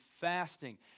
fasting